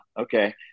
okay